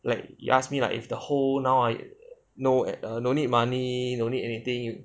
like you asked me lah if the whole now I no no need money no need anything